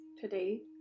today